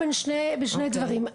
רגע, אז אני עושה הבחנה בין שני דברים.